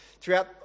throughout